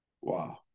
Wow